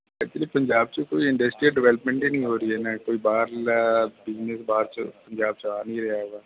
actually Punjab 'ਚ ਕੋਈ industry development ਹੈ ਨਹੀਂ ਹੋ ਰਹੀ ਨਾ ਕੋਈ ਬਾਹਰਲਾ ਬਿਜਨਸ ਬਾਹਰ 'ਚ ਪੰਜਾਬ 'ਚ ਆ ਨਹੀਂ ਰਿਹਾ ਹੈਗਾ